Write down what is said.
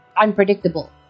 unpredictable